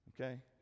okay